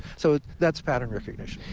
so that's pattern recognition.